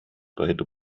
beide